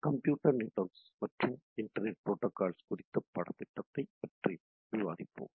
computer networks மற்றும் internet protocols குறித்த பாடத் திட்டத்தைப் பற்றி விவாதிப்போம்